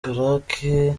karake